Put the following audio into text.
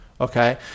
Okay